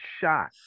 shot